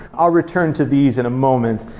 i'll return to these in a moment.